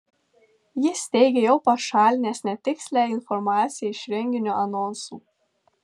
jis teigė jau pašalinęs netikslią informaciją iš renginio anonsų